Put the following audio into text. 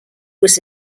was